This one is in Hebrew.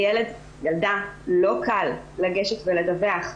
לילד, ילדה, לא קל לגשת ולדווח.